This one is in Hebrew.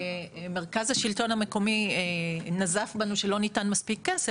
מרכז השלטון המקומי נזף בנו שלא ניתן מספיק כסף.